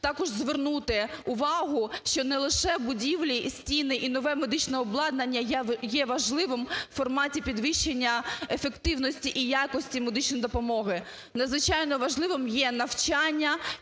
також звернути увагу, що не лише будівлі і стіні і нове медичне обладнання є важливим у форматі підвищення ефективності і якості медичної допомоги. Надзвичайно важливим є навчання,